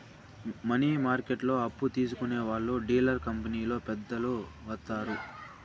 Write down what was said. money మార్కెట్లో అప్పు తీసుకునే వాళ్లు డీలర్ కంపెనీలో పెద్దలు వత్తారు